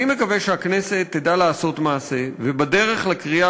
אני מקווה שהכנסת תדע לעשות מעשה ובדרך לקריאה